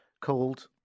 called